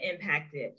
impacted